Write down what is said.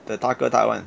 the 大哥大 one